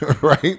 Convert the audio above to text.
right